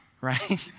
right